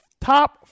top